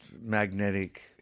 magnetic